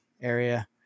area